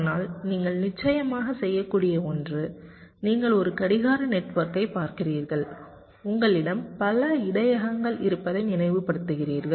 ஆனால் நீங்கள் நிச்சயமாக செய்யக்கூடிய ஒன்று நீங்கள் ஒரு கடிகார நெட்வொர்க்கைப் பார்க்கிறீர்கள் உங்களிடம் பல இடையகங்கள் இருப்பதை நினைவுபடுத்துகிறீர்கள்